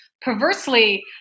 perversely